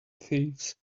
thieves